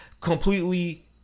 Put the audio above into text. completely